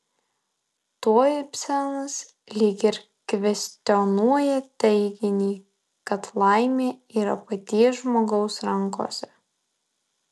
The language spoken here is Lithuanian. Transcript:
tuo ibsenas lyg ir kvestionuoja teiginį kad laimė yra paties žmogaus rankose